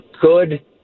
good